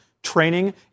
Training